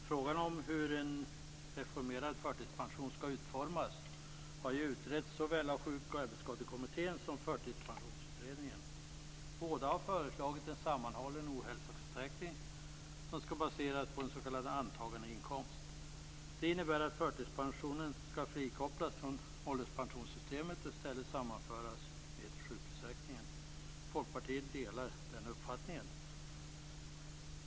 Herr talman! Frågan om hur en reformerad förtidspension skall utformas har utretts såväl av Sjukoch arbetsskadekommittén som av Förtidspensionsutredningen. Båda har föreslagit en sammanhållen ohälsoförsäkring som skall baseras på en s.k. antagandeinkomst. Det innebär att förtidspensionen skall frikopplas från ålderspensionssystemet och i stället sammanföras med sjukförsäkringen. Folkpartiet delar den uppfattningen.